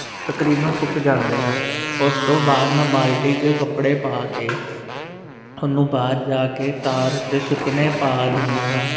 ਤਕਰੀਬਨ ਸੁੱਕ ਜਾਂਦੇ ਹੈ ਉਸ ਤੋਂ ਬਾਅਦ ਮੈਂ ਬਾਲਟੀ 'ਚ ਕੱਪੜੇ ਪਾ ਕੇ ਉਹਨੂੰ ਬਾਹਰ ਜਾ ਕੇ ਤਾਰ ਉੱਤੇ ਸੁੱਕਣੇ ਪਾ ਦਿੰਦਾ ਹਾਂ